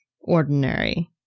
ordinary